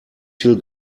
viel